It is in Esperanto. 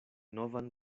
novan